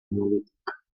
neolític